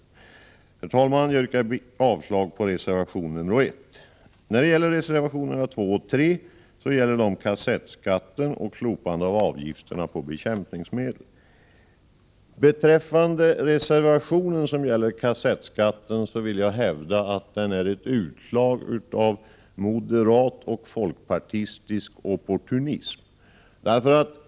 Herr talman! Jag yrkar avslag på reservation 1. Jag vill hävda att den reservation som gäller kassettskatten är ett utslag av moderat och folkpartistisk opportunism.